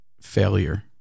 failure